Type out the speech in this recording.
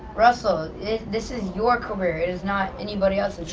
russell this is your career. it is not anybody else's.